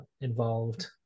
involved